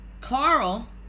Carl